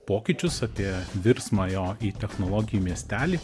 pokyčius apie virsmą jo į technologijų miestelį